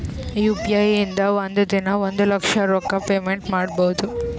U P I ಇಂದ ಒಂದ್ ದಿನಾ ಒಂದ ಲಕ್ಷ ರೊಕ್ಕಾ ಪೇಮೆಂಟ್ ಮಾಡ್ಬೋದ್